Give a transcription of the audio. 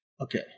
Okay